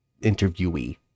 interviewee